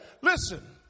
listen